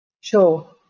Sure